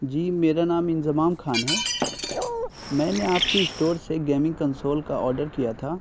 جی میرا نام انضمام خان ہے میں نے آپ کے اسٹور سے گیمنگ کنسول کا آرڈر کیا تھا